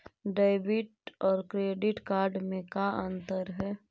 Debit और credit card में का अंतर है?